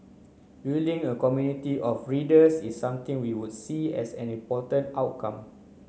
building a community of readers is something we would see as an important outcome